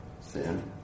Sin